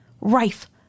rife